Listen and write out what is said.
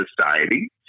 Society